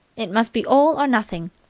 it must be all or nothing.